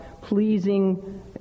pleasing